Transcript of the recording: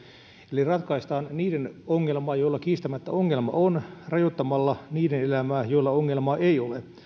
eli ratkaistaan niiden ongelmaa joilla kiistämättä ongelma on rajoittamalla niiden elämää joilla ongelmaa ei ole